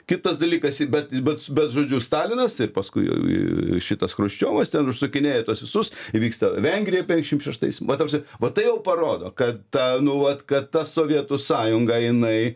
kitas dalykas bet bet bet žodžiu stalinas paskui šitas chruščiovas užsukinėja tuos visus įvyksta vengrija penkiasdešimt šeštais va ta prasme va tai jau parodo kad ta nu vat kad ta sovietų sąjunga jinai